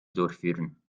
durchführen